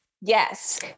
Yes